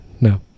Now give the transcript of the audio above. no